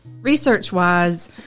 research-wise